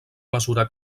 mesura